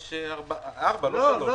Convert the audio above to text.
יש ארבע, לא שלוש.